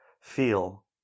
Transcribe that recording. feel